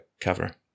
cover